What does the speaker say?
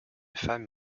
femme